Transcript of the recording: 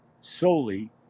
solely